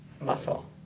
muscle